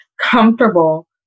comfortable